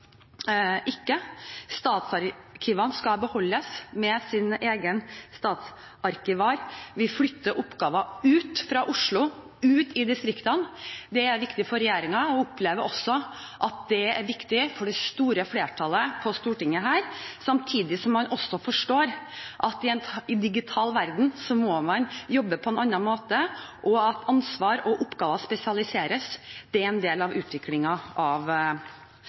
ikke. Statsarkivene skal beholdes med sin egen statsarkivar. Vi flytter oppgaver ut fra Oslo, ut i distriktene. Det er viktig for regjeringen, og jeg opplever også at det er viktig for det store flertallet på Stortinget. Samtidig må man forstå at i en digital verden må man jobbe på en annen måte. At ansvar og oppgaver spesialiseres, er en del av utviklingen av